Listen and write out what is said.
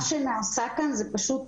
מה שנעשה כאן זה פשוט